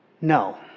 no